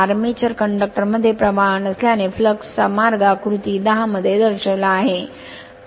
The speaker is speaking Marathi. आर्मिचर कंडक्टर मध्ये प्रवाहनसल्याने फ्लक्स चा मार्गआकृती १० मध्ये दर्शविला आहे